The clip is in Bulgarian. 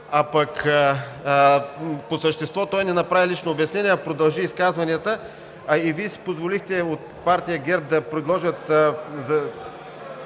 По същество той не направи лично обяснение, а продължи изказванията. Вие си позволихте от партия ГЕРБ да предложат